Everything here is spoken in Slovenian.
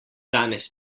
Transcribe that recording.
danes